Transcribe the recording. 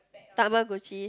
Tamagotchi